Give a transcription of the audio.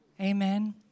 Amen